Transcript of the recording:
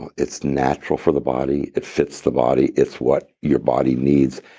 and it's natural for the body. it fits the body. it's what your body needs.